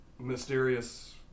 mysterious